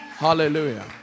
Hallelujah